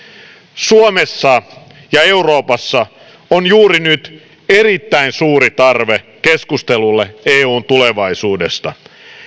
suomessa ja euroopassa on juuri nyt erittäin suuri tarve keskustelulle eun tulevaisuudesta